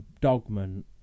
Dogman